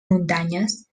muntanyes